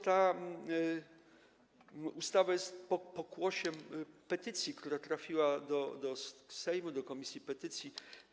Ta ustawa jest pokłosiem petycji, która trafiła do Sejmu do komisji petycji.